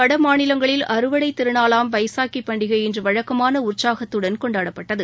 வடமாநிலங்களில் நாட்டின் அறுவடைதிருநாளாம் பைசாகிபண்டிகை இன்றுவழக்கமானஉற்சாகத்துடன் கொண்டாடப்பட்டது